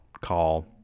call